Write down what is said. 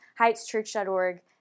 heightschurch.org